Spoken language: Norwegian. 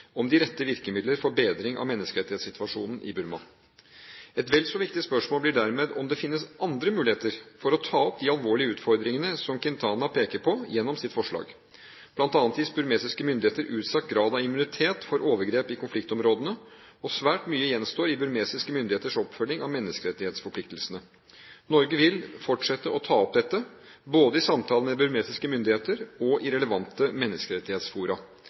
om de rette virkemidler for bedring av menneskerettighetssituasjonen i Burma. Et vel så viktig spørsmål blir dermed om det finnes andre muligheter for å ta opp de alvorlige utfordringene som Quintana peker på gjennom sitt forslag. Blant annet gis burmesiske militære utstrakt grad av immunitet for overgrep i konfliktområdene, og svært mye gjenstår i burmesiske myndigheters oppfølging av menneskerettighetsforpliktelsene. Norge vil fortsette å ta opp dette, både i samtaler med burmesiske myndigheter og i relevante menneskerettighetsfora.